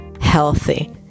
healthy